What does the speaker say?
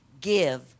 give